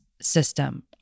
system